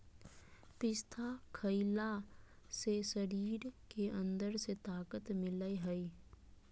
पिस्ता खईला से शरीर के अंदर से ताक़त मिलय हई